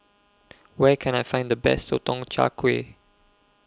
Where Can I Find The Best Sotong Char Kway